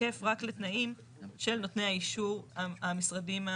תקף רק לתנאים של נותני האישור המשרדיים,